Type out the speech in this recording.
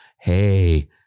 hey